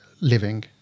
living